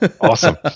awesome